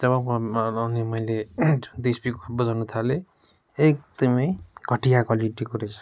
जब म अनि मैले त्यो स्पिकर बजाउन थालेँ एकदमै घटिया क्वालिटीको रहेछ